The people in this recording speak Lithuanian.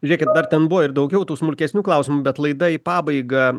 žiūrėkit dar ten buvo ir daugiau tų smulkesnių klausimų bet laida į pabaigą